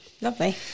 Lovely